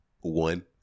One